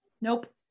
Nope